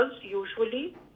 usually